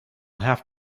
have